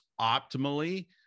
optimally